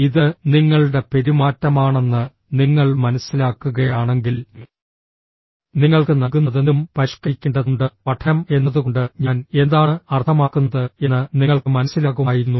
ഇത് നിങ്ങളുടെ പെരുമാറ്റമാണെന്ന് നിങ്ങൾ മനസ്സിലാക്കുകയാണെങ്കിൽ നിങ്ങൾക്ക് നൽകുന്നതെന്തും പരിഷ്ക്കരിക്കേണ്ടതുണ്ട് പഠനം എന്നതുകൊണ്ട് ഞാൻ എന്താണ് അർത്ഥമാക്കുന്നത് എന്ന് നിങ്ങൾക്ക് മനസ്സിലാകുമായിരുന്നു